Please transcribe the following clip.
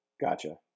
Gotcha